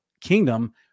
kingdom